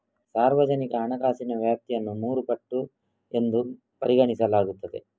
ಸಾರ್ವಜನಿಕ ಹಣಕಾಸಿನ ವ್ಯಾಪ್ತಿಯನ್ನು ಮೂರು ಪಟ್ಟು ಎಂದು ಪರಿಗಣಿಸಲಾಗುತ್ತದೆ